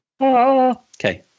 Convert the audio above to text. Okay